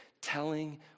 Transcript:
telling